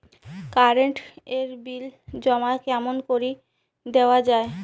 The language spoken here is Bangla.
কারেন্ট এর বিল জমা কেমন করি দেওয়া যায়?